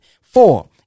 Four